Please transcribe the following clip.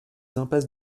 impasse